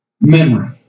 memory